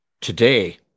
today